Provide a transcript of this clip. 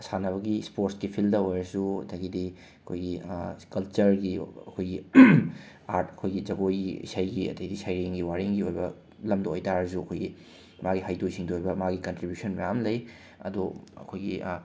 ꯁꯥꯟꯅꯕꯒꯤ ꯁ꯭ꯄꯣꯔꯠꯁꯀꯤ ꯐꯤꯜꯗ ꯑꯣꯏꯔꯁꯨ ꯑꯗꯒꯤꯗꯤ ꯑꯩꯈꯣꯏꯒꯤ ꯀꯜꯆꯔꯒꯤ ꯑꯩꯈꯣꯏꯒꯤ ꯑꯥꯔꯠ ꯑꯩꯈꯣꯏꯒꯤ ꯖꯒꯣꯏꯒꯤ ꯏꯁꯩꯒꯤ ꯑꯗꯒꯤꯗꯤ ꯁꯩꯔꯦꯡꯒꯤ ꯋꯥꯔꯦꯡꯒꯤ ꯑꯣꯏꯕ ꯂꯝꯗ ꯑꯣꯏꯇꯥꯔꯁꯨ ꯑꯩꯈꯣꯏꯒꯤ ꯃꯥꯒꯤ ꯍꯩꯊꯣꯏ ꯁꯤꯡꯊꯣꯏꯕ ꯃꯥꯒꯤ ꯀꯟꯇ꯭ꯔꯤꯕ꯭ꯌꯨꯁꯟ ꯃꯌꯥꯝ ꯂꯩ ꯑꯗꯣ ꯑꯩꯈꯣꯏꯒꯤ